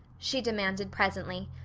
she demanded presently,